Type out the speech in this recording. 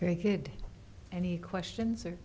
very good any questions